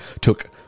took